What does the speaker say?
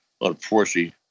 unfortunately